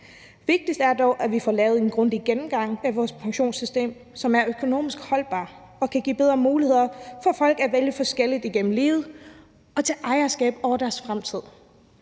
Vigtigst er dog, at vi får lavet en grundig gennemgang af vores pensionssystem, så det er økonomisk holdbart og kan give bedre muligheder for folk til at vælge forskelligt igennem livet og tage ejerskab til deres fremtid.